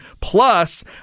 Plus